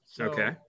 Okay